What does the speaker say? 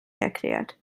erklärt